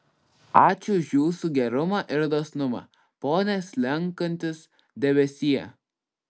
ačiū už jūsų gerumą ir dosnumą pone slenkantis debesie